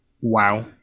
Wow